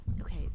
Okay